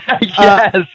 Yes